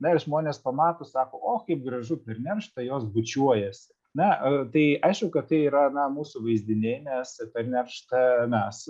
na ir žmonės pamato sako o kaip gražu per nerštą jos bučiuojasi na tai aišku kad tai yra na mūsų vaizdiniai nes per nerštą mes